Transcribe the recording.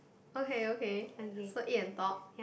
okay okay so eat and talk